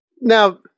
Now